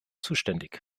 zuständig